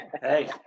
hey